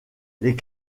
les